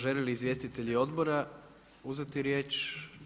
Želi li izvjestitelj odbora uzeti riječ.